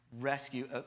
rescue